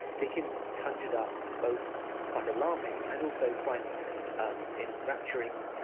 dickens conjured up both quite alarming and also quite um enrapturing,